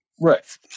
Right